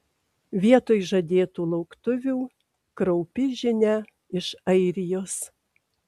vietoj žadėtų lauktuvių kraupi žinia iš airijos